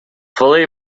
fully